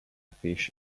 fish